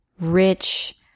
rich